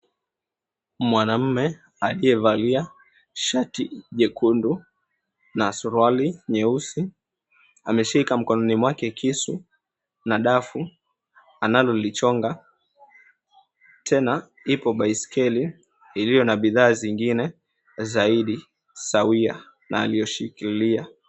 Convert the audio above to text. Mwanaume aliyevalia shati jekundu na suruali nyeusi ameshika mkononi kwake kisu na dafu analolichonja, tena ipo baiskeli iliyo na bidhaa zingine zaidi sawia na aliyoshikilia.